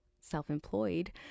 self-employed